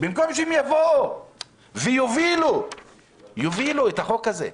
במקום שהם יובילו את החוק הזה.